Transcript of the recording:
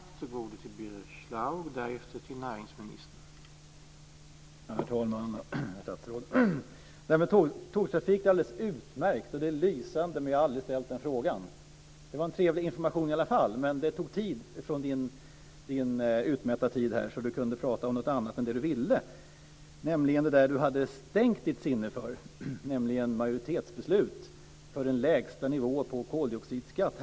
Herr talman! Herr statsråd! Det här med tågtrafik är alldeles utmärkt. Det är lysande. Men jag har aldrig ställt den frågan. Det var en trevlig information i alla fall, men det tog tid från näringsministerns utmätta tid så att han kunde prata om något annat än det han ville, det han hade stängt sitt sinne för, nämligen majoritetsbeslut för en lägsta nivå på koldioxidskatt.